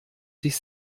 sich